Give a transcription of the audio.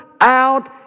out